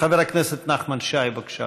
אנא, תמכו בחוק.